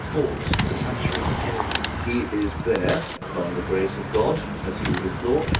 force the centre of the period? he is there by the grace of god as he would have thought.